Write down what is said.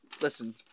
Listen